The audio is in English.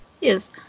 Yes